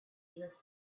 here